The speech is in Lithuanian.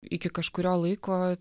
iki kažkurio laiko